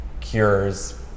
cures